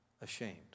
ashamed